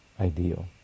ideal